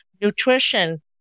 nutrition